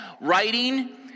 writing